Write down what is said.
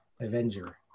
Avenger